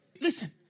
Listen